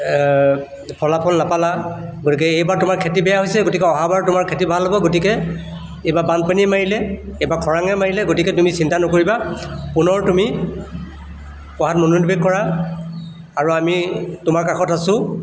ফলাফল নাপালা গতিকে এইবাৰ তোমাৰ খেতি বেয়া হৈছে গতিকে অহাবাৰ তোমাৰ খেতি ভাল হ'ব গতিকে এইবাৰ বানপানীয়ে মাৰিলে এইবাৰ খৰাঙে মাৰিলে গতিকে তুমি চিন্তা নকৰিবা পুনৰ তুমি পঢ়াত মনোনিৱেশ কৰা আৰু আমি তোমাৰ কাষত আছোঁ